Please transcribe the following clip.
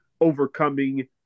overcoming